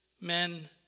men